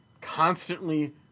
constantly